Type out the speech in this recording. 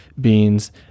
beans